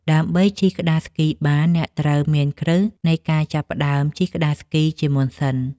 ដើម្បីជិះក្ដារស្គីបាន អ្នកត្រូវមានគ្រឹះនៃការចាប់ផ្ដើមជិះក្ដារស្គីជាមុនសិន។